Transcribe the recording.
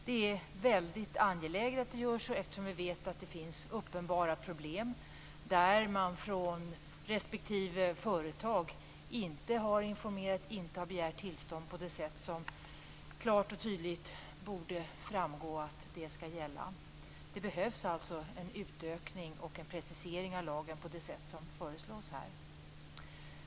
Det är väldigt angeläget att detta görs eftersom vi vet att det finns uppenbara problem. Man har från olika företag inte informerat och inte begärt tillstånd på det sätt som klart och tydligt borde framgå att det skall gälla. Det behövs alltså en utökning och en precisering av lagen på det sätt som föreslås här.